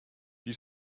die